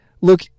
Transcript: Look